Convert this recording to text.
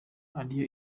ariyo